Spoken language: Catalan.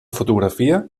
fotografia